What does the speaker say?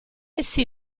essi